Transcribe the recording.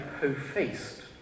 po-faced